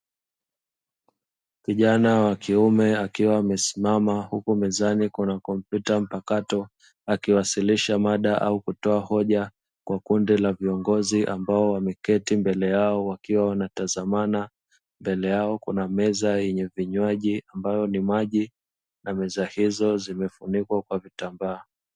Kijana wa kiume akiwa amesimama huku mezani kuna komputa mpakato, akiwasilisha mada au kutoa hoja kwa kundi la viongozi ambao wameketi mbele yao wakiwa wanatazamana. Mbele yao kuna meza yenye vinywaji ambayo ni maji na meza hizo zimefunikwa kwa vitambaa.